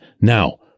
Now